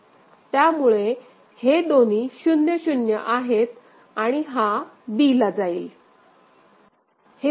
त्यामुळे हे दोन्ही 0 0 आहेत आणि हा b ला जाईल